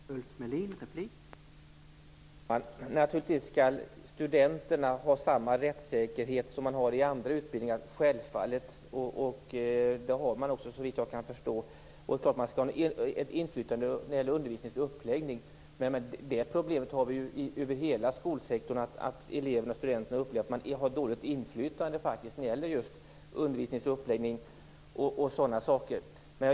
Herr talman! Naturligtvis skall studenterna ha samma rättssäkerhet som man har i andra utbildningar - självfallet! Det har man också, såvitt jag kan förstå. Det är också klart att man skall ha inflytande när det gäller undervisningens uppläggning. Men det problemet har vi ju över hela skolsektorn: att eleverna och studenterna upplever att de har dåligt inflytande när det gäller just undervisningens uppläggning och sådana saker.